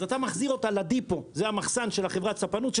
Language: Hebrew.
אתה מחזיר אותה לדיפו זה המחסן של חברת הספנות.